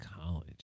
college